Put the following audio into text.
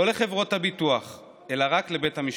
לא לחברות הביטוח אלא רק לבית המשפט.